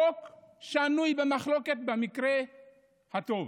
חוק שנוי במחלוקת במקרה הטוב,